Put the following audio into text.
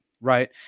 Right